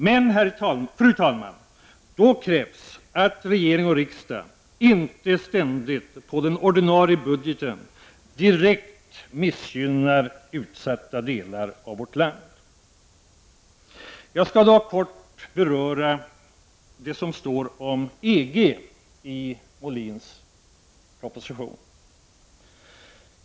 Men, fru talman, då krävs att regering och riksdag inte ständigt på den ordinarie budgeten direkt missgynnar utsatta delar av vårt land. Jag skall kort beröra vad som står om EG i Molins proposition.